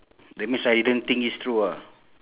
that means I didn't think this through ah